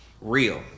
real